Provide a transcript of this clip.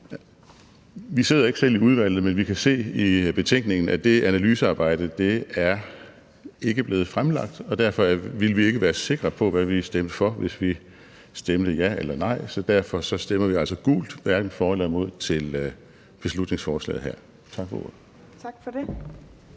Vi sidder ikke selv i udvalget, men vi kan se i betænkningen, at det analysearbejde ikke er blevet fremlagt, og derfor ville vi ikke være sikre på, hvad vi stemte for, hvis vi stemte ja eller nej. Så derfor stemmer vi altså gult – hverken for eller imod – til beslutningsforslaget her. Tak for ordet.